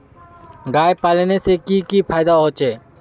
गाय पालने से की की फायदा होचे?